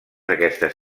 aquestes